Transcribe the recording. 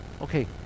okay